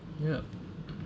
yup